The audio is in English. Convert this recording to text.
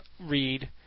read